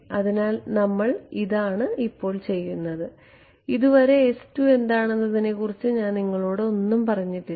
അതിനാൽ ഇതാണ് നമ്മൾ ഇപ്പോൾ ചെയ്യുന്നത് ഇതുവരെ എന്താണെന്നതിനെക്കുറിച്ച് ഞാൻ നിങ്ങളോട് ഒന്നും പറഞ്ഞിട്ടില്ല